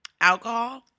alcohol